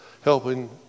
helping